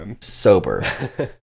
sober